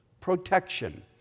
protection